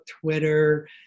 Twitter